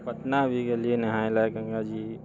पटना भी गेलियै नहाय ला गङ्गाजी